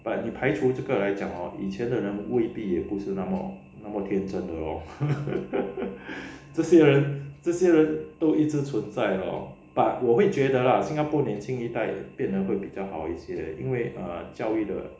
but 你排除这个来讲 hor 以前的人未必也不是那么那么天真的咯 这些人这些人都一直纯在 lor but 我会觉得啦新加坡年轻一代变得会比较好一些因为 err 教育的